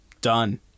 done